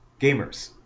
gamers